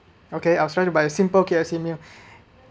okay I’ve try to buy a simple K_F_C meal